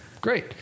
Great